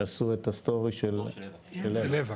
שעשו את הסטורי של אווה.